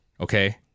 okay